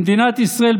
במדינת ישראל,